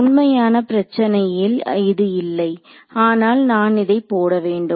உண்மையான பிரச்சினையில் இது இல்லை ஆனால் நான் இதை போட வேண்டும்